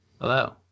Hello